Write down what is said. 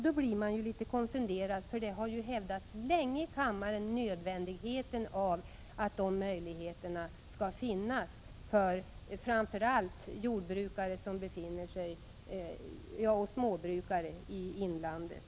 Det gör mig litet konfunderad, för det har ju hävdats länge i kammaren hur nödvändigt det är att sådana möjligheter finns, framför allt för småbrukare i inlandet.